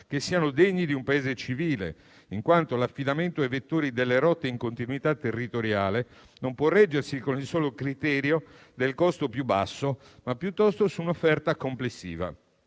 che siano degni di un Paese civile, in quanto l'affidamento ai vettori delle rotte in continuità territoriale non può reggersi sul solo criterio del costo più basso, quanto piuttosto su un'offerta complessiva.